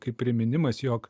kaip priminimas jog